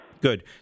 Good